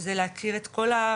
וזה להכיר את כל הארץ,